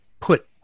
put